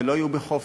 ולא היו בחופש,